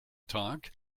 tag